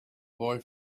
boy